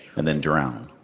and then drown.